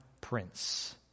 prince